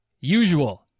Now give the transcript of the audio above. usual